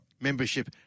membership